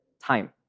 time